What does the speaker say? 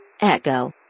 Echo